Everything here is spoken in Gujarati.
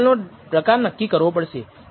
તેથી σ2 ને પણ ડેટામાંથી કોઈક અંદાજ કાઢવો પડશે